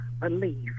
believe